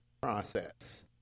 process